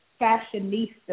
fashionista